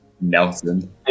Nelson